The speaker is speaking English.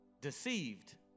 deceived